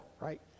right